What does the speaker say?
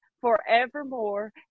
forevermore